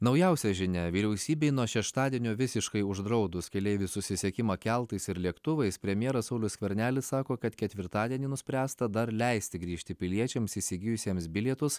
naujausia žinia vyriausybei nuo šeštadienio visiškai uždraudus keleivių susisiekimą keltais ir lėktuvais premjeras saulius skvernelis sako kad ketvirtadienį nuspręsta dar leisti grįžti piliečiams įsigijusiems bilietus